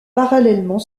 parallèlement